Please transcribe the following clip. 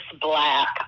black